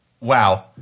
Wow